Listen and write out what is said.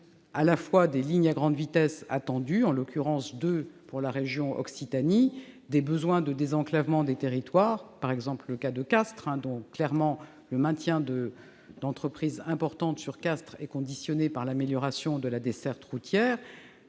à la fois des lignes à grande vitesse qui sont attendues, en l'occurrence deux pour la région Occitanie, et des besoins de désenclavement des territoires. Je pense au cas de Castres, où le maintien d'entreprises importantes sur ce territoire est conditionné à l'amélioration de la desserte routière